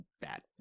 bad